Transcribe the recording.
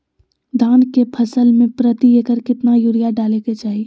धान के फसल में प्रति एकड़ कितना यूरिया डाले के चाहि?